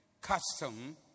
custom